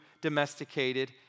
domesticated